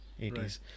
80s